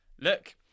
Look